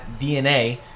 DNA